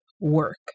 work